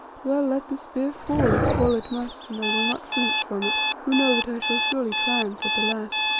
well, let the spear fall, if fall it must, and i will not flinch from it who know that i shall surely triumph at the last.